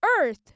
Earth